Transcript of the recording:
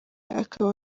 akaba